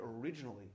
originally